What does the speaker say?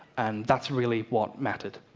and that's really what mattered.